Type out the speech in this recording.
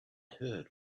heard